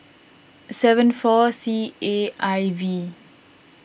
seven four C A I V